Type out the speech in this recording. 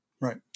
Right